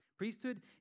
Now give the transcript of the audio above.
Priesthood